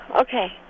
Okay